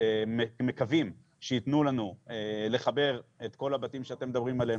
מאוד מקווים שייתנו לנו לחבר את כל הבתים שאתם מדברים עליהם